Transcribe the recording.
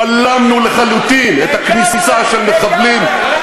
בלמנו לחלוטין את הכניסה של מחבלים,